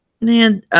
Man